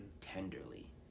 tenderly